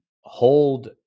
hold